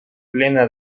plena